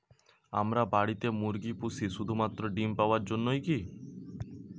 আমরা বাড়িতে মুরগি পুষি শুধু মাত্র ডিম পাওয়ার জন্যই কী?